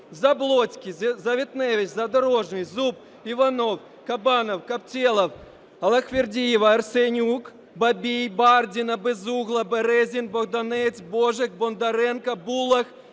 Заблоцький, Завітневич, Задорожний, Зуб, Іванов, Кабанов, Каптєлов, Аллахвердієва, Арсенюк, Бабій, Бардіна, Безугла, Березін, Богданець, Божик, Бондаренко, Булах,